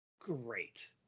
great